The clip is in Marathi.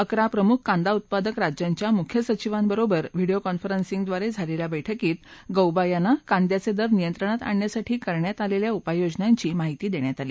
अकरा प्रमुख कांदा उत्पादक राज्यांच्या मुख्य सचिवांबरोबर व्हिडोओ कॉन्फरसिंगड्रारे झालेल्या बैठकीत गौबा यांना कांद्याचे दर नियत्रंणात आणण्यासाठी करण्यात आलेल्या उपाययोजनांची माहिती देण्यात आली